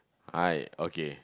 I okay